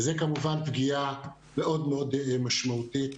זאת כמובן פגיעה מאוד מאוד משמעותית